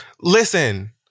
listen